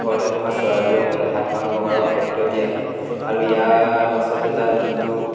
ঘৰতে পোহা চৰাইবোৰক এনে সাধাৰণ প্ৰকাৰৰ খাদ্য দিয়া হয় আৰু ইয়াৰ পাছত এটা এইটো